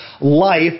life